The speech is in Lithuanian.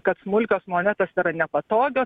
kad smulkios monetos yra nepatogios